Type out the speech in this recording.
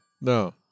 No